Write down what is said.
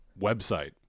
website